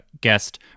guest